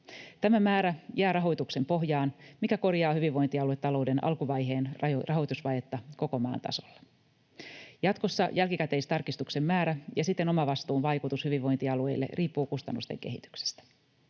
Tämä määrä jää rahoituksen pohjaan, mikä korjaa hyvinvointialuetalouden alkuvaiheen rahoitusvajetta koko maan tasolla. Jatkossa jälkikäteistarkistuksen määrä ja siten omavastuun vaikutus hyvinvointialueille riippuu kustannusten kehityksestä.